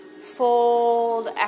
fold